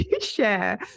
share